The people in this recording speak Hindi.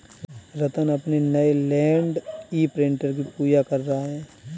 रत्न अपने नए लैंड इंप्रिंटर की पूजा कर रहा है